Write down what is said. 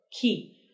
key